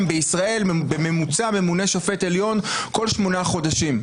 בישראל בממוצע ממונה שופט עליון כל שמונה חודשים,